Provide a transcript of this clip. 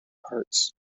parts